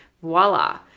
Voila